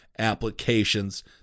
applications